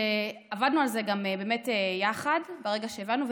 ועבדנו על זה באמת יחד ברגע שהבנו,